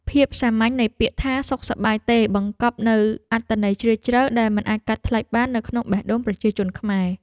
ភាពសាមញ្ញនៃពាក្យថាសុខសប្បាយទេបានបង្កប់នូវអត្ថន័យជ្រាលជ្រៅដែលមិនអាចកាត់ថ្លៃបាននៅក្នុងបេះដូងប្រជាជនខ្មែរ។